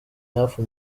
hafi